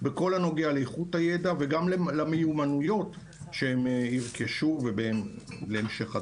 בכל הנוגע לאיכות הידע וגם למיומנויות שהם ירכשו להמשך הדרך.